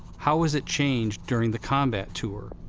how was it changed during the combat tour?